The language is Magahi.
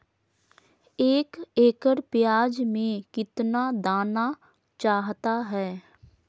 एक एकड़ प्याज में कितना दाना चाहता है?